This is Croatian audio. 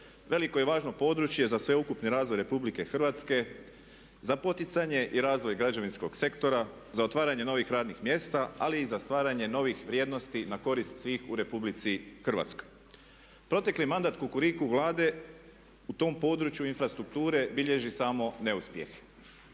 Veliko i važno područje za sveukupni razvoj RH, za poticanje i razvoj građevinskog sektora za otvaranje novih radnih mjesta ali i za stvaranje novih vrijednosti na korist svih u RH. Protekli mandat kukuriku Vlade u tom području infrastrukture bilježi samo neuspjeh.